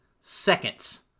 seconds